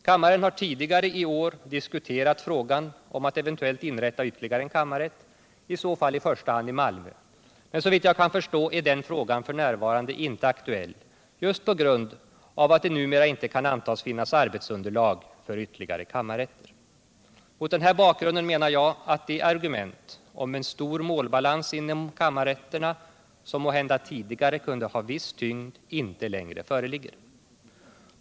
Kammaren har förut i år diskuterat frågan om att eventuellt inrätta ytterligare en kammarrätt, i så fall i första hand i Malmö, men 113 såvitt jag kan förstå är den frågan f.n. inte aktuell just på grund av att det numera inte kan antas finnas arbetsunderlag för ytterligare kammarrätter. Mot denna bakgrund menar jag att det argument om en stor målbalans inom kammarrätterna som måhända tidigare kunde ha viss tyngd inte längre föreligger.